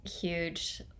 huge